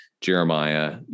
Jeremiah